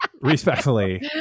Respectfully